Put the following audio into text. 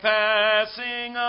passing